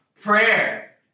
prayer